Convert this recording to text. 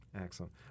Excellent